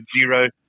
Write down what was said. zero